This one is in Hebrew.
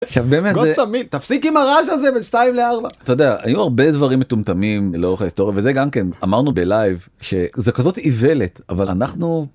שהם באמת זה, תפסיק עם הרעש הזה בין 14:00 ל-16:00. אתה יודע היו הרבה דברים מטומטמים לאורך ההיסטוריה וזה גם כן אמרנו בלייב שזה כזאת עיוולת אבל אנחנו.